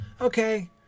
Okay